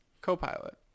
co-pilot